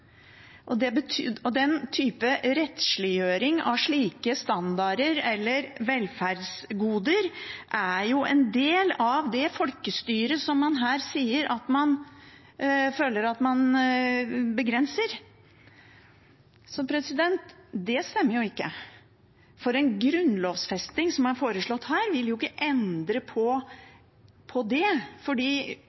Den type rettsliggjøring av slike standarder eller velferdsgoder er en del av det folkestyret som man her sier at man føler at man begrenser. Det stemmer ikke. En grunnlovfesting som er foreslått her, vil jo ikke endre på det, for alle partier i denne salen mener at det